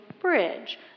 bridge